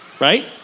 right